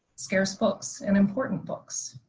scarce books and important books,